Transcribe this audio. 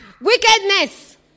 Wickedness